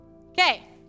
Okay